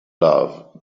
love